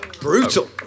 brutal